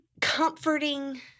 comforting